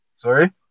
Sorry